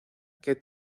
que